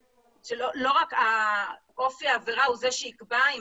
שלא רק אופי העבירה הוא זה שיקבע אם